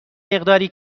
مقداری